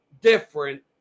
different